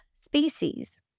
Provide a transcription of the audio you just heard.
species